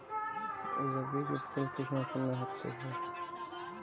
रबी की फसल किस मौसम में होती है?